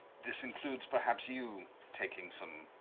this includes, perhaps, you taking some